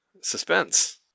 Suspense